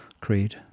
Creed